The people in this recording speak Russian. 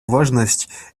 важность